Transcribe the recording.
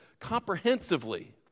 comprehensively